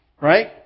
right